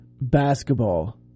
basketball